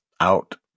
out